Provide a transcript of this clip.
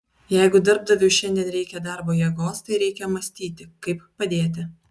jeigu darbdaviui šiandien reikia darbo jėgos tai reikia mąstyti kaip padėti